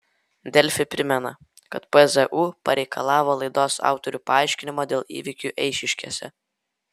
delfi primena kad pzu pareikalavo laidos autorių paaiškinimo dėl įvykių eišiškėse